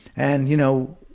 and, you know,